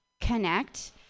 connect